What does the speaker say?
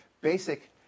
basic